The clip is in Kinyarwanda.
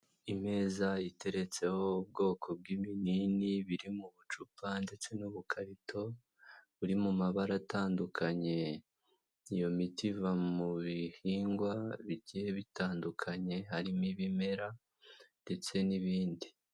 Imeza iteretseho ubwoko bw'ibinini biri mu bucupa ndetse n'ubukarito buri mu mabara atandukanye, iyo miti iva mu bihingwa bigiye bitandukanye harimo ibimera ndetse n'ibindi.